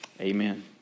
Amen